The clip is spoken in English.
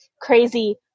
crazy